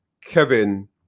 Kevin